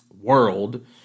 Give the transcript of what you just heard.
world